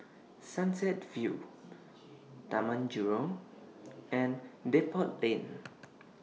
Sunset View Taman Jurong and Depot Lane